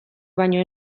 baino